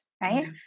right